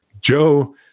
Joe